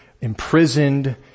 imprisoned